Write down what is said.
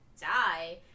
die